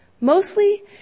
Mostly